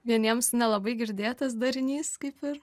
vieniems nelabai girdėtas darinys kaip ir